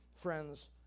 friends